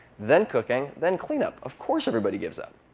then cooking, then cleanup. of course everybody gives up.